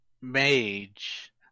Mage